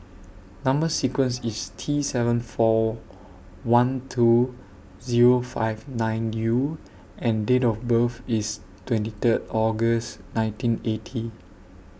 Number sequence IS T seven four one two Zero five nine U and Date of birth IS twenty Third August nineteen eighty